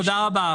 תודה רבה.